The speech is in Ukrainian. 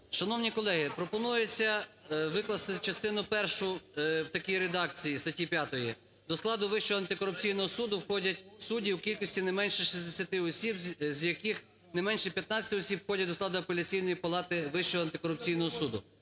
Шановні колеги, пропонується викласти частину першу в такій редакції статті 5: "До складу Вищого антикорупційного суду входять судді в кількості не менше 60 осіб, з яких не менше 15 осіб входять до складу Апеляційної палати Вищого антикорупційного суду."